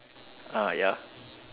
ah ya